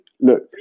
look